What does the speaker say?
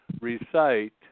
recite